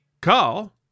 call